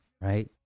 right